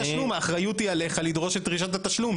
האחריות היא עליך לדרוש את דרישת התשלום.